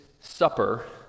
supper